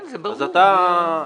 זה ברור.